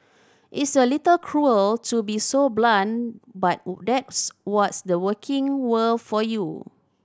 it's a little cruel to be so blunt but text was the working world for you